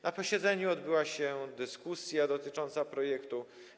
Na posiedzeniu odbyła się dyskusja dotycząca projektu.